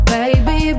Baby